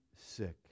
sick